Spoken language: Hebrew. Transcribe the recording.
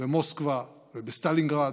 במוסקבה ובסטלינגרד,